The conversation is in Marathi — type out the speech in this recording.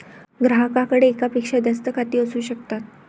ग्राहकाकडे एकापेक्षा जास्त खाती असू शकतात